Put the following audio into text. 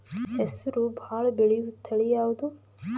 ಹೆಸರು ಭಾಳ ಬೆಳೆಯುವತಳಿ ಯಾವದು?